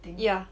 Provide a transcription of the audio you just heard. yeah